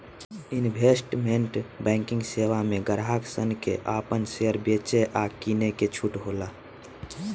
investment banking सेवा में ग्राहक सन के आपन शेयर बेचे आ किने के छूट होला